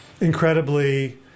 incredibly